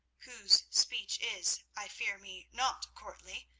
whose speech is, i fear me, not courtly,